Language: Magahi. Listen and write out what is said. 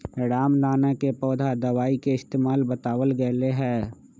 रामदाना के पौधा दवाई के इस्तेमाल बतावल गैले है